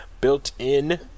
Built-in